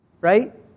right